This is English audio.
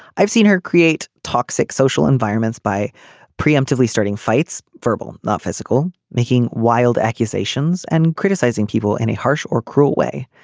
i've seen her create toxic social environments by preemptively starting fights verbal not physical making wild accusations and criticizing people. any harsh or cruel way.